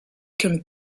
comme